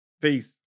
Peace